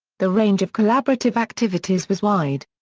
the range of collaborative activities was wide.